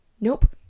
Nope